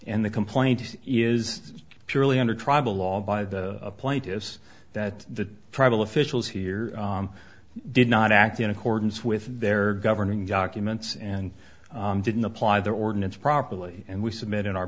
and the complaint is purely under tribal law the point is that the tribal officials here did not act in accordance with their governing documents and didn't apply their ordinance properly and we submit in our